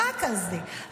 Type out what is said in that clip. רק על זה,